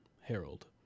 Harold